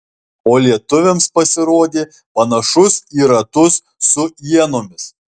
o lietuviams pasirodė panašus į ratus su ienomis